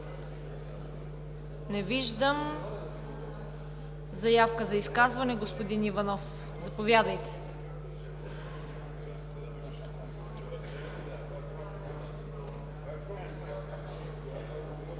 Не виждам. Заявка за изказване – господин Иванов, заповядайте.